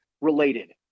related